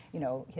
you know,